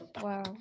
Wow